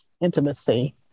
intimacy